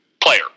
player